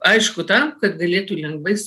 aišku tam kad galėtų lengvais